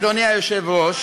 אדוני היושב-ראש,